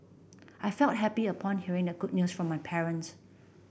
I felt happy upon hearing the good news from my parents